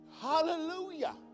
Hallelujah